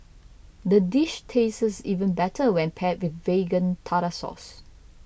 the dish tastes even better when paired with Vegan Tartar Sauce